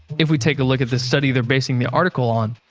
if we take a look at the study they're basing the article on,